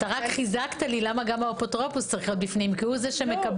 אתה רק חיזקת לי למה גם האפוטרופוס צריך להיות בפנים כי הוא זה שמקבל.